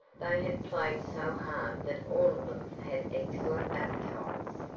they had played so hard that all of them had excellent appetites,